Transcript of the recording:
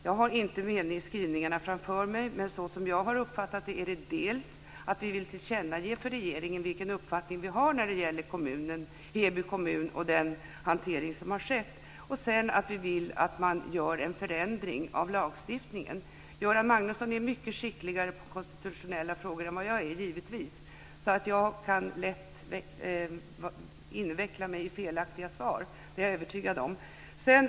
Jag har inte skrivningarna framför mig, men som jag har uppfattat det är det dels så att vi vill tillkännage för regeringen vilken uppfattning vi har när det gäller Heby kommun och den hantering som har skett, dels så att vi vill att man gör en förändring av lagstiftningen. Göran Magnusson är givetvis mycket skickligare på konstitutionella frågor än vad jag är. Jag kan lätt inveckla mig i felaktiga svar, det är jag övertygad om.